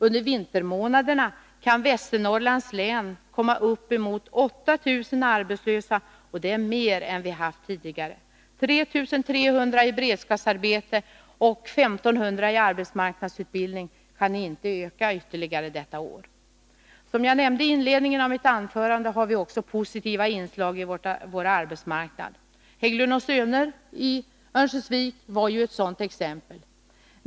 Under vintermånaderna kan Västernorrlands län komma upp emot 8 000 arbetslösa, och det är mer än vi tidigare haft. 3 300 i beredskapsarbete och 1 500 i arbetsmarknadsutbildning — siffrorna kan inte öka ytterligare detta år. Som jag nämnde i inledningen av mitt anförande har vi också positiva inslag i vår arbetsmarknad. Hägglund & Söner i Örnsköldsvik var ju ett sådant exempel.